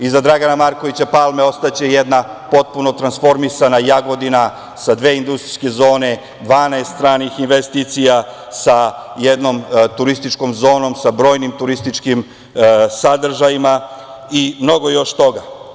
Iza Dragana Markovića Palme ostaće jedna potpuno tranformisana Jagodina, sa dve industrijske zone, 12 stranih investicija, sa jednom turističkom zonom, sa brojnim turističkim sadržajima i mnogo još toga.